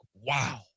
wow